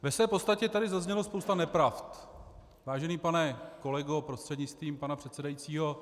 Ve své podstatě tady zazněla spousta nepravd, vážený pane kolego prostřednictvím pana předsedajícího.